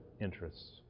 interests